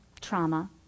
trauma